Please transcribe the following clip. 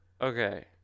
Okay